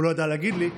והוא לא ידע להגיד לי.